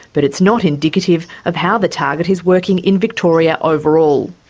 but it's not indicative of how the target is working in victoria overall.